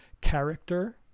character